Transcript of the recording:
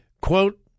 Quote